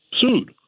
sued